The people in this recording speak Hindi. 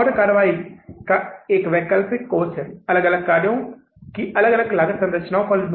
तो यह बजट आय विवरण है या आप इसे बजटीय लाभ और हानि खाते के रूप में कह सकते हैं